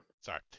Sorry